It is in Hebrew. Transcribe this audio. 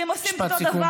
כי הם עושים את אותו הדבר.